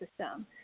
system